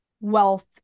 wealth